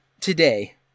today